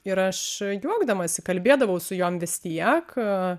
ir aš juokdamasi kalbėdavau su jom vis tiek